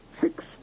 Six